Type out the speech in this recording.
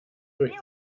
durch